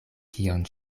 kion